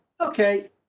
okay